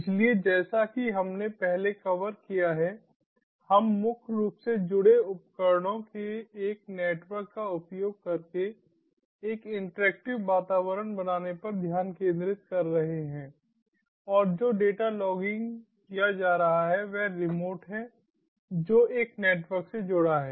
इसलिए जैसा कि हमने पहले कवर किया है हम मुख्य रूप से जुड़े उपकरणों के एक नेटवर्क का उपयोग करके एक इंटरैक्टिव वातावरण बनाने पर ध्यान केंद्रित कर रहे हैं और जो डेटा लॉगिंग किया जा रहा है वह रिमोट है जो एक नेटवर्क से जुड़ा है